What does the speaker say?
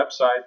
website